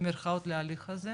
במרכאות, להליך הזה